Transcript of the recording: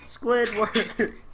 Squidward